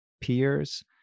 peers